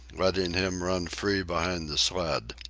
letting him run free behind the sled.